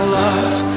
love